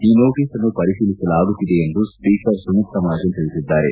ಈ ನೋಟಸ್ನ್ನು ಪರಿಶೀಲಿಸಲಾಗುತ್ತಿದೆ ಎಂದು ಸ್ಪೀಕರ್ ಸುಮಿತ್ರಾ ಮಹಾಜನ್ ತಿಳಿಸಿದ್ದಾರೆ